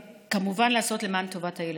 וכמובן לעשות למען טובת הילד.